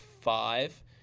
five